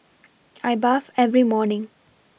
I bathe every morning